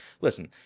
listen